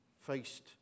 faced